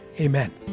Amen